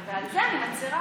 ועל זה אני מצירה.